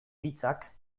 hitzak